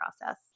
process